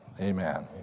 amen